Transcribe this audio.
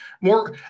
more